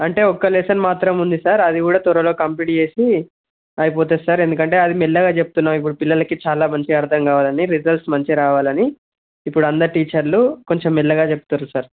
అంటే ఒక్క లెసన్ మాత్రమే ఉంది సార్ అది కూడా తొందరగా కంప్లీట్ చేసి అయిపోతుంది సార్ ఎందుకంటే అది మెల్లగా చెబుతున్నాము ఇప్పుడు పిల్లలకి మంచిగా అర్దం కావాలని రిజల్ట్స్ మంచిగా రావాలని ఇప్పుడు అందరు టీచర్లు కొంచెం మెల్లగా చెబుతున్నారు సార్